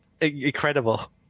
incredible